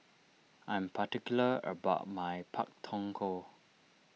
I am particular about my Pak Thong Ko